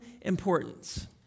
importance